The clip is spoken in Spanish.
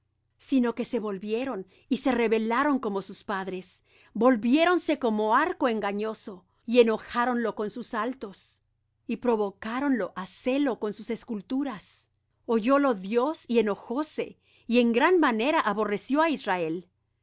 sino que se volvieron y se rebelaron como sus padres volviéronse como arco engañoso y enojáronlo con sus altos y provocáronlo á celo con sus esculturas oyólo dios y enojóse y en gran manera aborreció á israel